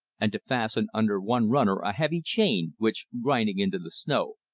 and to fasten under one runner a heavy chain, which, grinding into the snow,